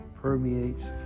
permeates